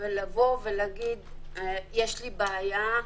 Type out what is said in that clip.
ולבוא ולהגיד: יש לי בעיה.